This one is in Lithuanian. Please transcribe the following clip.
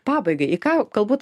pabaigai į ką galbūt